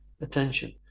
attention